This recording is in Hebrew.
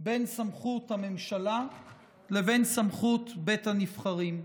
בין סמכות הממשלה לבין סמכות בית הנבחרים.